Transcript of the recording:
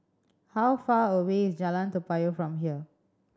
how far away is Jalan Toa Payoh from here